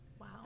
Wow